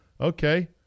Okay